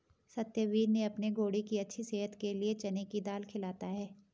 सत्यवीर ने अपने घोड़े की अच्छी सेहत के लिए चने की दाल खिलाता है